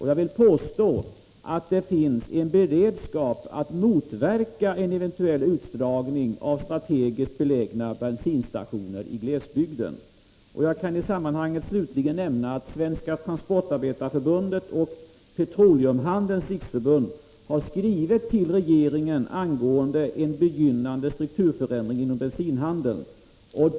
Jag vill påstå att det finns en beredskap att motverka en eventuell utslagning av strategiskt belägna Jag kan i sammanhanget slutligen nämna att Svenska transportarbetareförbundet och Petroleumhandelns riksförbund har skrivit till regeringen angående en begynnande strukturförändring inom bensinhandeln.